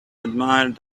admired